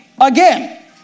again